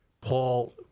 paul